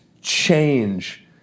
change